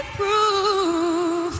proof